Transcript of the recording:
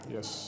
Yes